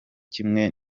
kimwe